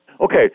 Okay